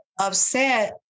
upset